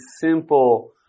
simple